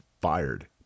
fired